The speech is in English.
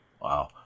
Wow